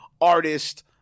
artist